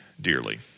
dearly